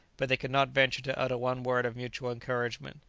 but they could not venture to utter one word of mutual encouragement.